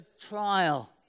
trial